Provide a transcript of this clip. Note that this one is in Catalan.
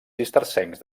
cistercencs